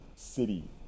city